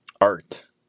art